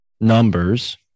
numbers